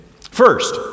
First